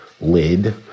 lid